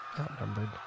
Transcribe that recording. outnumbered